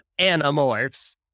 Animorphs